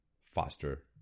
faster